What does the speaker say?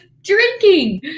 drinking